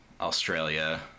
Australia